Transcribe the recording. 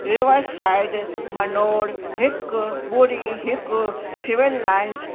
riverside manor हिकु ॿुड़ी हिकु सिविललाइंस